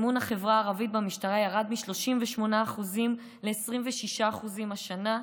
אמון החברה הערבית במשטרה ירד מ-38% ל-26% השנה,